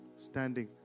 standing